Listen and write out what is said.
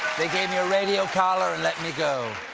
they gave me a radio collar and let me go.